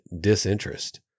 disinterest